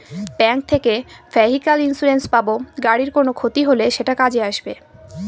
bank থেকে vehicle insurance পাব গাড়ির কোনো ক্ষতি হলে সেটা কাজে আসবে